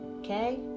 Okay